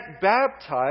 baptized